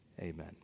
Amen